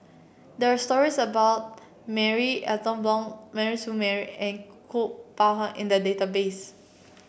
there are stories about Marie Ethel Bong Mary Siew Mary and Kuo Pao Hun in the database